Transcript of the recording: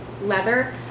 leather